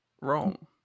wrong